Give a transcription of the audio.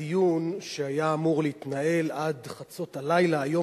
הדיון שהיה אמור להתנהל עד חצות הלילה היום